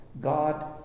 God